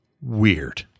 weird